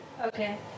Okay